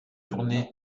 tourner